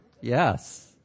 yes